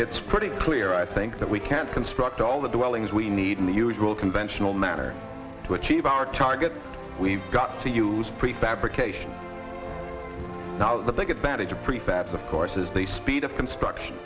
it's pretty clear i think that we can construct all the dwellings we need in the usual conventional manner to achieve our target we've got to use prefabrication now to take advantage of prefabs of course is the speed of construction